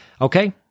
Okay